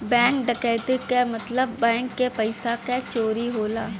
bank डकैती क मतलब बैंक के पइसा क चोरी होला